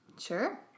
Sure